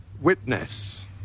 witness